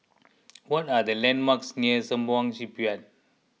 what are the landmarks near Sembawang Shipyard